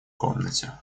комнате